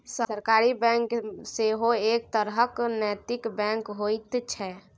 सहकारी बैंक सेहो एक तरहक नैतिक बैंक होइत छै